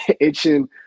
itching